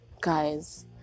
guys